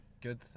good